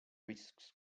risks